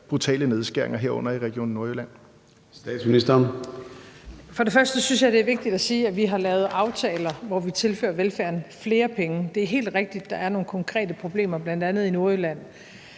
Statsministeren. Kl. 14:03 Statsministeren (Mette Frederiksen): Først synes jeg, det er vigtigt at sige, at vi har lavet aftaler, hvor vi tilfører velfærden flere penge. Det er helt rigtigt, at der er nogle konkrete problemer, bl.a. i Nordjylland,